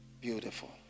beautiful